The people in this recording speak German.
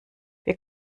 wir